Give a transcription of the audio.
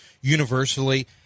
universally –